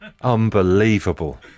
Unbelievable